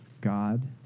God